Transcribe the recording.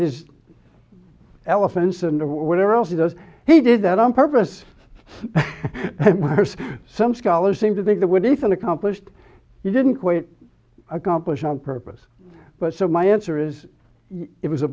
his elephants and whatever else he does he did that on purpose some scholars seem to think that when he's an accomplished he didn't quit accomplish on purpose but so my answer is it was a